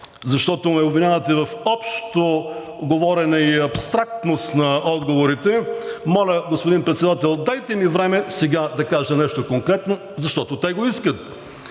защото ме обвинявате в общо говорене и абстрактност на отговорите, моля, господин Председател, дайте ми време сега да кажа нещо конкретно, защото те го искат.